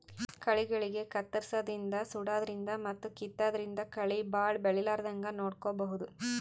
ಕಳಿಗಳಿಗ್ ಕತ್ತರ್ಸದಿನ್ದ್ ಸುಡಾದ್ರಿನ್ದ್ ಮತ್ತ್ ಕಿತ್ತಾದ್ರಿನ್ದ್ ಕಳಿ ಭಾಳ್ ಬೆಳಿಲಾರದಂಗ್ ನೋಡ್ಕೊಬಹುದ್